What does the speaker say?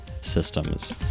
systems